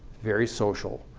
very social.